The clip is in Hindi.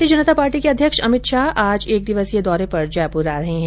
भारतीय जनता पार्टी के अध्यक्ष अमित शाह आज एक दिवसीय दौरे पर जयपुर आ रहे हैं